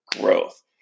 growth